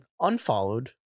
unfollowed